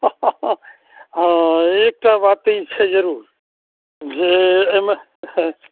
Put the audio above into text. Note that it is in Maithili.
हँ एक टा बात तऽ ई छै जरूर जे अइमे